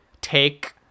take